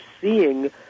seeing